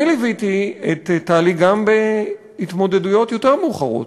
אני ליוויתי את טלי גם בהתמודדויות יותר מאוחרות.